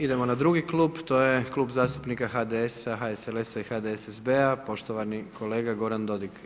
Idemo na drugi klub, to je Klub zastupnika HDS-a, HSLS-a i HDSSB-a, poštovani kolega Goran Dodig.